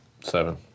Seven